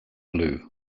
blue